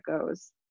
goes